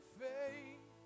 faith